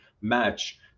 match